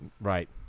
Right